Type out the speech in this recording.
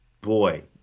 boy